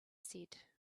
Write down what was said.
said